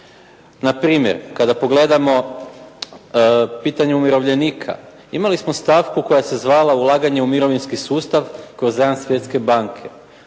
Na primjer kada pogledamo pitanje umirovljenika. Imali smo stavku koja se zvala ulaganje u mirovinski sustav kroz zajam Svjetske banke.